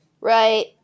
Right